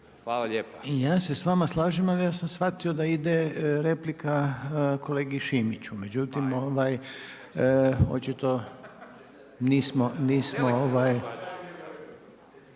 Željko (HDZ)** Ja se s vama slažem ali ja sam shvatio da ide replika kolegi Šimiću, međutim očito nismo …/Govornici